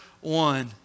one